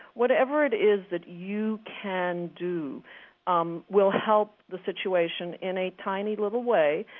whatever it is that you can do um will help the situation in a tiny little way,